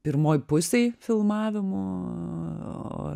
pirmoj pusėj filmavimų